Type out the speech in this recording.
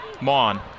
Mon